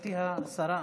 גברתי השרה,